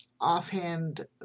offhand